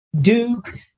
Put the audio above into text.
Duke